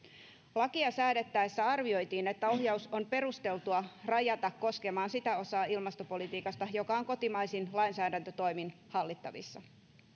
lakia säädettäessä arvioitiin että ohjaus on perusteltua rajata koskemaan sitä osaa ilmastopolitiikasta joka on kotimaisin lainsäädäntötoimin hallittavissa